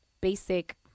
basic